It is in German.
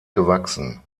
gewachsen